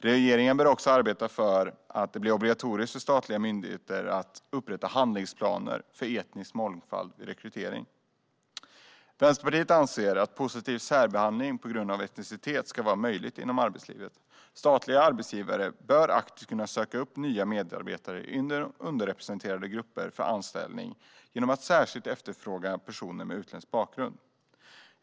Regeringen bör också arbeta för att det blir obligatoriskt för statliga myndigheter att upprätta handlingsplaner för etnisk mångfald vid rekrytering. Vänsterpartiet anser att positiv särbehandling på grund av etnicitet ska vara möjlig inom arbetslivet. Statliga arbetsgivare bör aktivt kunna söka upp nya medarbetare i underrepresenterade grupper för anställning genom att särskilt efterfråga personer med utländsk bakgrund.